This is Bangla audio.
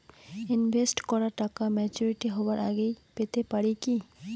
ইনভেস্ট করা টাকা ম্যাচুরিটি হবার আগেই পেতে পারি কি?